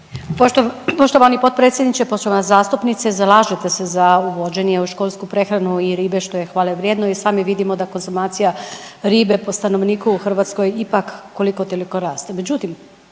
Poštovani potpredsjedniče, poštovana zastupnice. Zalažete se za uvođenje u školsku prehranu i ribe što je hvalevrijedno i sami vidimo da konzumacija ribe po stanovniku u Hrvatskoj ipak koliko toliko raste. Međutim,